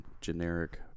generic